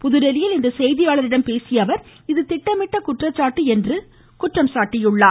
புதுதில்லியில் இன்று செய்தியாளர்களிடம் பேசிய அவர் இது திட்டமிட்ட குற்றசாட்டு என்று குறை கூறினார்